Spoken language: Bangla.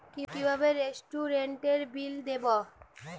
কিভাবে রেস্টুরেন্টের বিল দেবো?